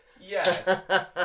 Yes